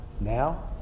Now